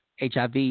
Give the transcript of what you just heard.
HIV